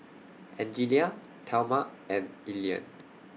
Angelia Thelma and Elian